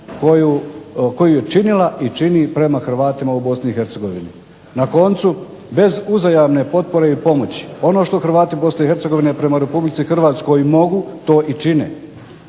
koju je činila i čini prema Hrvatima u BiH. Na koncu bez uzajamne potpore i pomoći ono što Hrvati iz BiH prema Republici Hrvatskoj mogu to i čine.